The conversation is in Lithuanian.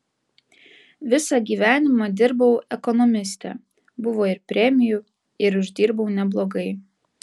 visą gyvenimą dirbau ekonomiste buvo ir premijų ir uždirbau neblogai